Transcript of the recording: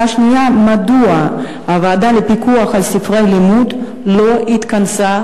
2. מדוע הוועדה לפיקוח על ספרי לימוד לא התכנסה,